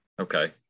Okay